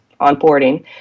onboarding